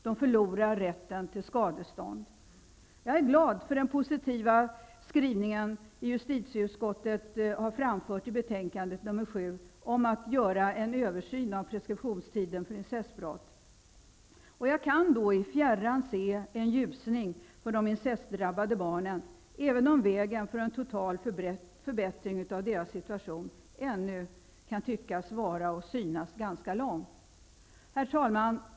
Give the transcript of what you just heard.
De förlorar rätten till skadestånd. Jag är glad för den positiva skrivning som justitieutskottet har gjort i betänkandet om en översyn av preskriptionstiden för incestbrott. Jag kan i fjärran se en ljusning för de incestdrabbade barnen, även om vägen till en total förbättring av deras situation ännu syns ganska lång. Herr talman!